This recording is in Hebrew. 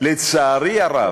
לצערי הרב,